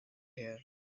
here